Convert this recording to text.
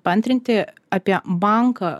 paantrinti apie banką